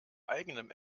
eigenem